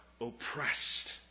oppressed